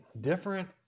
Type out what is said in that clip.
different